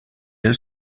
del